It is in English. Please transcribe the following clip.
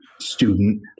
student